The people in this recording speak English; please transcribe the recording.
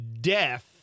death